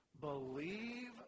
Believe